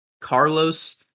Carlos